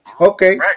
Okay